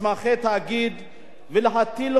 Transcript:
ולהטיל חובת אחריות אישית